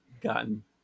gotten